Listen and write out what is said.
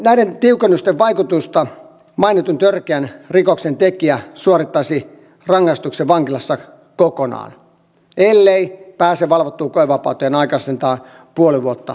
näiden tiukennusten vaikutuksesta mainitun törkeän rikoksen tekijä suorittaisi rangaistuksen vankilassa kokonaan ellei pääse valvottuun koevapauteen aikaisintaan puoli vuotta ennen vapautumista